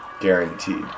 guaranteed